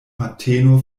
mateno